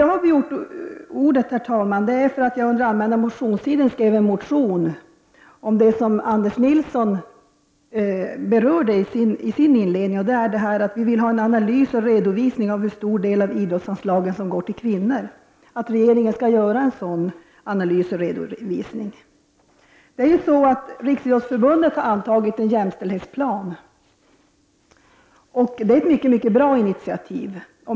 Jag har begärt ordet på grund av att jag under den allmänna motionstiden väckte en motion om det som Anders Nilsson berörde i sin inledning. Vi vill att regeringen skall göra en analys och redovisa hur stor del av idrottens anslag som går till kvinnor. Riksidrottsförbundet har antagit en jämställdhetsplan. Detta är ett mycket bra initiativ.